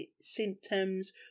symptoms